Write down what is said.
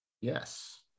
Yes